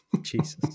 Jesus